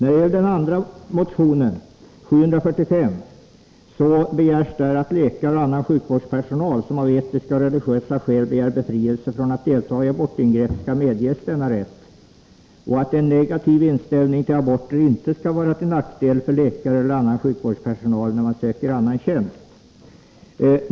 I den andra motionen, 1982/83:745, begärs att läkare och annan sjukvårdspersonal som av etiska eller religiösa skäl begär befrielse från att delta i abortingrepp skall medges denna rätt och att en negativ inställning till aborter inte skall vara till nackdel för dem när de söker annan tjänst.